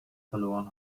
verloren